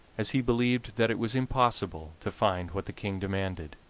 as he believed that it was impossible to find what the king demanded.